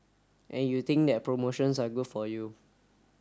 and you think that promotions are good for you